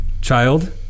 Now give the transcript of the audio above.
child